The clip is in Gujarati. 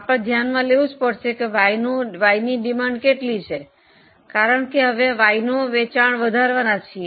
આપણે ધ્યાનમાં લેવું પડશે કે Y નો કેટલો માંગ છે કારણ કે હવે અમે Y નું વેચાણ વધારવાના છીએ